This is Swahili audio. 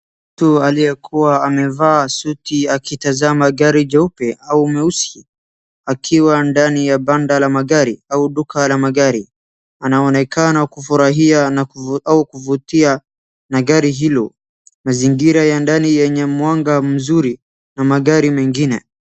Mtu aliyekua amevaa suti akitazama gari jeupe au mweusi, akiwa ndani ya banda la magari au duka la magari , anaonekana kufurahia na au kuvutia na gari hilo. Mazingira ya ndani yenye mwanga mzuri na magari mengine.